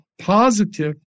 positive